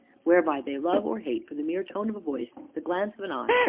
whereby they love or hate for the mere tone of a voice, the glance of an eye,